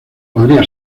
podría